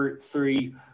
three